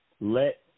Let